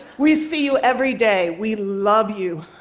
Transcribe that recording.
we see you every day. we love you.